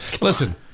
Listen